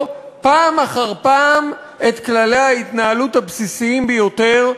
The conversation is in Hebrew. פעם אחר פעם את כללי ההתנהלות הבסיסיים ביותר,